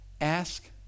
Ask